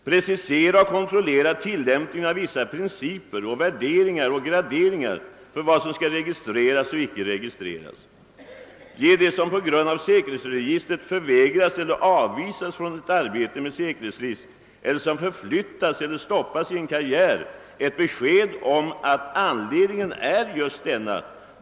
Precisera och kontrollera tillämpningen av vissa principer och värderingar och graderingar för vad som skall registreras och icke registreras. Ge den som på grund av säkerhetsregistret förvägras eller avvisas från ett arbete med säkerhetsrisk, eller som förflyttas eller stoppas i en karriär, ett besked om att anledningen är just denna.